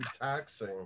taxing